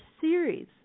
series